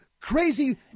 crazy